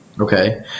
Okay